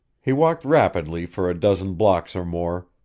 he walked rapidly for a dozen blocks or more,